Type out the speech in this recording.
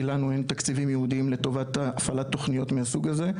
כי לנו אין תקציבים ייעודיים לטובת הפעלת תכניות מהסוג הזה,